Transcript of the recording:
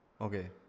Okay